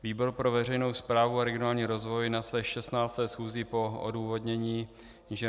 Výbor pro veřejnou správu a regionální rozvoj na své 16. schůzi po odůvodnění Ing.